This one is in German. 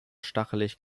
stachelig